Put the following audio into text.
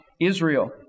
Israel